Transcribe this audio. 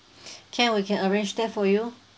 can we can arrange that for you